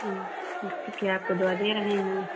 हाँ क्या आपका दवा दे रहे हैं